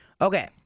Okay